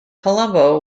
colombo